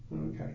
Okay